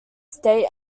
state